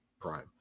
prime